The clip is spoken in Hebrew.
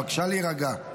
בבקשה להירגע.